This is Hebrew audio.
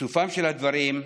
בסופם של הדברים,